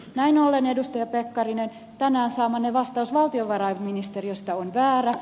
näin ollen edustaja pekkarinen tänään saamanne vastaus valtiovarainministeriöstä on väärä